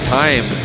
time